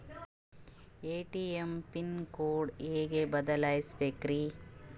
ATM pin code ಹೆಂಗ್ ಬದಲ್ಸ್ಬೇಕ್ರಿ?